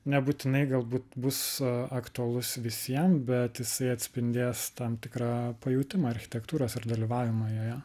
nebūtinai galbūt bus aktualus visiem bet jisai atspindės tam tikrą pajautimą architektūros ir dalyvavimą joje